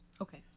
okay